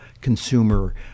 consumer